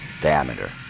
diameter